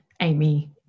Amy